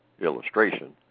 illustration